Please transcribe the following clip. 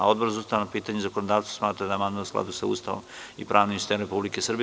Odbor za ustavna pitanja i zakonodavstvo smatra da je amandman u skladu sa ustavom i pravnim sistemom Republike Srbije.